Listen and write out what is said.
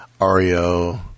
Ario